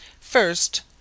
First